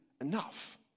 enough